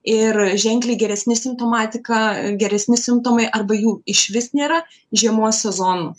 ir ženkliai geresni simptomatika geresni simptomai arba jų išvis nėra žiemos sezonu